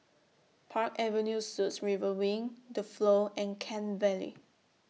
Park Avenue Suites River Wing The Flow and Kent Vale